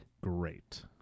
Great